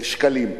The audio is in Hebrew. שקלים,